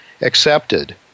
accepted